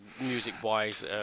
music-wise